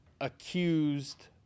accused